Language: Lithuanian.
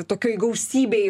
tokioj gausybėj